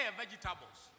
vegetables